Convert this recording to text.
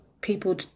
people